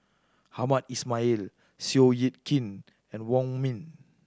Hamed Ismail Seow Yit Kin and Wong Ming